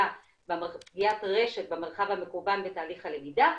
פגיעת רשת במרחב המקוון בתהליך הלמידה,